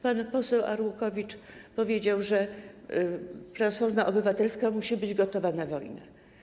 Pan poseł Arłukowicz powiedział, że Platforma Obywatelska musi być gotowa na wojnę.